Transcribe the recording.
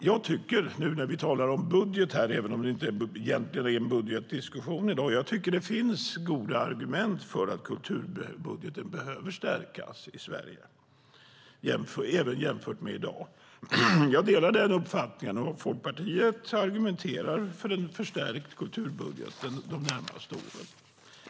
Jag tycker, nu när vi talar om budget här, även om det egentligen inte är en budgetdiskussion i dag, att det finns goda argument för att kulturbudgeten behöver stärkas i Sverige, även jämfört med i dag. Jag delar den uppfattningen, och Folkpartiet argumenterar för en förstärkt kulturbudget de närmaste åren.